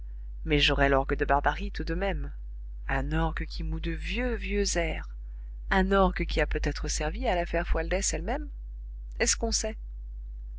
mais j'aurai l'orgue de barbarie tout de même un orgue qui moud de vieux vieux airs un orgue qui a peut-être servi à l'affaire fualdès elle-même est-ce qu'on sait